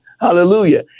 Hallelujah